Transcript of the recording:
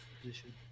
position